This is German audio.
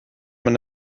man